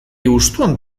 hustuan